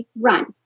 run